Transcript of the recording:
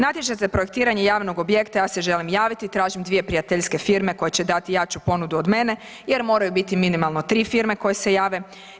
Natječaj za projektiranje javnog objekta, ja se želim javiti i tražim dvije prijateljske firme koje će dati jaču ponudu od mene jer moraju biti minimalno 3 firme koje se jave.